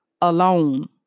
alone